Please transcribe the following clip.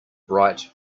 bright